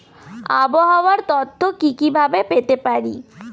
আবহাওয়ার তথ্য কি কি ভাবে পেতে পারি?